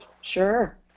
Sure